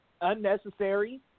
unnecessary